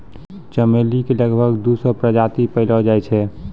चमेली के लगभग दू सौ प्रजाति पैएलो जाय छै